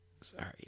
Sorry